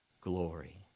glory